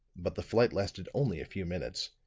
but the flight lasted only a few minutes,